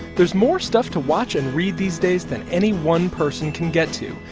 there's more stuff to watch and read these days than any one person can get to.